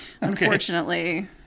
Unfortunately